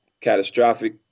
catastrophic